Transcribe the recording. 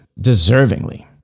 deservingly